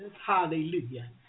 Hallelujah